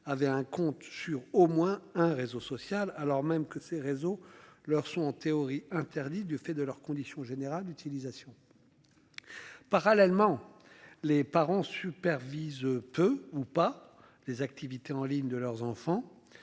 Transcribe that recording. avait un compte sur au moins un réseau social alors même que ces réseaux leur sont en théorie interdites du fait de leurs conditions générales d'utilisation. Parallèlement. Les parents supervise peu ou pas. Les activités en ligne de leurs enfants.